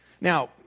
Now